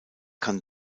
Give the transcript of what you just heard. kann